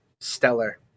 stellar